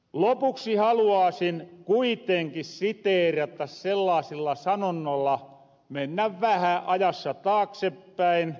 lopuksi haluaasin kuitenki siteerata sellaasilla sanonnoilla mennä vähä ajassa taaksepäin